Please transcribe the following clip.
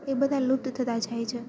એ બધા લુપ્ત થતા જાય છે